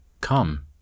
Come